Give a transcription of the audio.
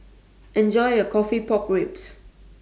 Enjoy your Coffee Pork Ribs